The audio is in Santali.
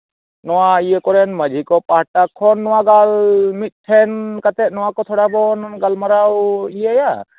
ᱱᱚᱣᱟ ᱤᱭᱟᱹ ᱠᱚᱨᱮᱱ ᱢᱟᱺᱡᱷᱤ ᱠᱚ ᱯᱟᱦᱴᱟ ᱠᱷᱚᱱ ᱱᱟᱣᱟ ᱫᱚ ᱢᱤᱫ ᱴᱷᱮᱱ ᱠᱟᱛᱮ ᱱᱚᱣᱟ ᱠᱚ ᱛᱷᱚᱲᱟ ᱵᱚᱱ ᱜᱟᱞᱢᱟᱨᱟᱣ ᱤᱭᱟᱹᱭᱟ